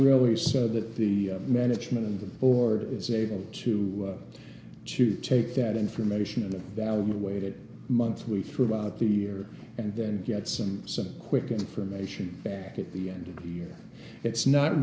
really so that the management of the board is able to to take that information in that way that monthly throughout the year and then get some some quick information back at the end of year it's not